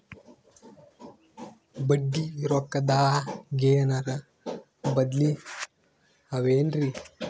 ಬಡ್ಡಿ ರೊಕ್ಕದಾಗೇನರ ಬದ್ಲೀ ಅವೇನ್ರಿ?